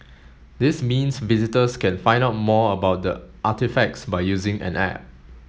this means visitors can find out more about the artefacts by using an app